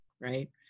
right